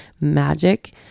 magic